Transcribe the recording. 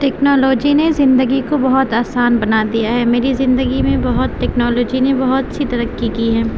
technology نے زندگی کو بہت آسان بنا دیا ہے میری زندگی میں بہت ٹیکنالاجی نے بہت سی ترقی کی ہے